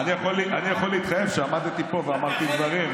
אני יכול להתחייב, עמדתי פה ואמרתי דברים.